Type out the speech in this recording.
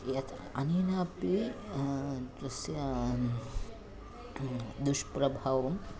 यत् अनेनापि तस्य दुष्प्रभावम्